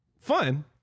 Fun